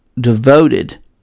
devoted